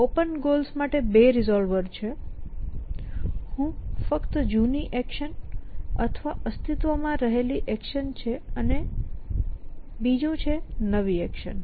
open goals માટે 2 resolver છે હું ફક્ત જૂની એક્શન અથવા અસ્તિત્વમાં રહેલી એક્શન છે અને બીજું છે નવી એક્શન